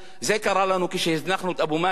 זה קרה לנו כשהזנחנו את אבו מאזן.